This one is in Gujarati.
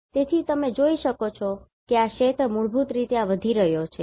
તેથી તમે જોઈ શકો છો કે આ ક્ષેત્ર મૂળભૂત રીતે આ વધી રહ્યો છે